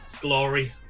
glory